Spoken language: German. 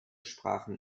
sprachen